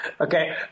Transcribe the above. Okay